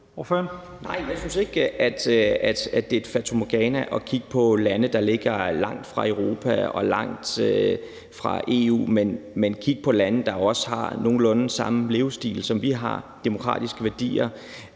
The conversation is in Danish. Nej, jeg synes ikke, at det er et fatamorgana at kigge på lande, der ligger langt fra Europa og langt fra EU. Man bør kigge på lande, der også har nogenlunde samme levevis, som vi har, og har demokratiske værdier.